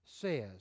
says